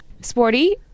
sporty